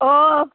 ꯑꯣ